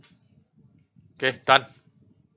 okay done